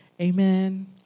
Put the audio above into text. Amen